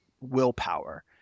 willpower